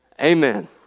amen